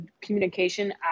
communication